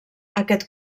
aquest